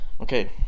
Okay